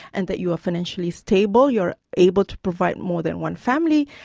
and that you are financially stable, you are able to provide more than one family,